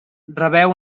rebeu